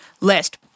list